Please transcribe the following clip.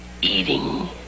eating